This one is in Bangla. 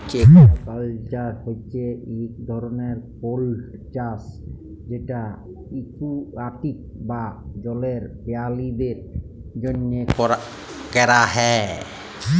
একুয়াকাল্চার হছে ইক ধরলের কল্ট্রোল্ড চাষ যেট একুয়াটিক বা জলের পেরালিদের জ্যনহে ক্যরা হ্যয়